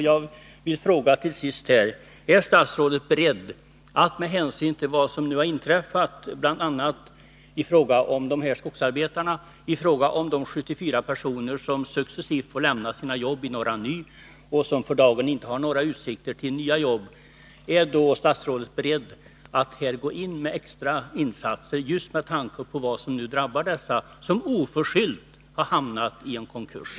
Jag vill till sist ställa en fråga till statsrådet med hänsyn till vad som nu har inträffat, bl.a. i fråga om dessa skogsarbetare och i fråga om de 74 personer som successivt får lämna sina jobb i Norra Ny och som för dagen inte har några utsikter till nya jobb. Är statsrådet beredd att gå in med extra insatser med tanke på vad som drabbar dessa människor, som oförskyllt har hamnat i en konkurs?